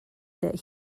that